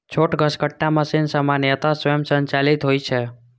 छोट घसकट्टा मशीन सामान्यतः स्वयं संचालित होइ छै